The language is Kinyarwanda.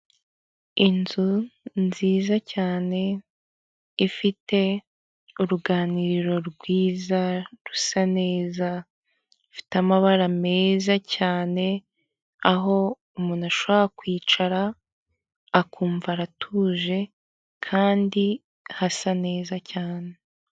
Inzu nziza cyane ifite uruganiriro rwiza rusa neza rufite amabara meza cyane, aho umuntu ashobora kwicara akumva aratuje kandi hasa neza cyane.